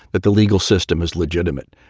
that the legal system is legitimate.